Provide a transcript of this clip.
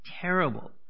terrible